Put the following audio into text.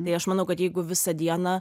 tai aš manau kad jeigu visą dieną